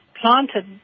planted